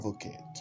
advocate